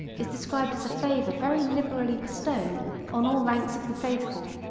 is described as a favor very liberally bestowed on all ranks of the faithful,